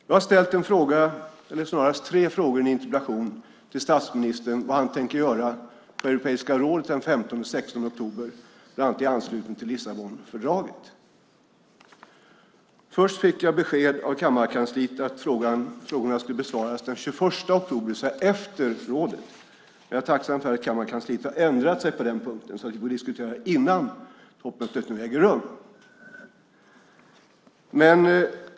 Jag har ställt en fråga - eller snarare tre frågor - i en interpellation till statsministern om vad han tänker göra på Europeiska rådet den 15 och 16 oktober, bland annat i anslutning till Lissabonfördraget. Först fick jag besked av kammarkansliet att frågorna skulle besvaras den 21 oktober, det vill säga efter rådet. Jag är tacksam för att kammarkansliet har ändrat sig på den punkten så att vi får diskutera detta innan toppmötet äger rum.